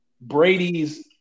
Brady's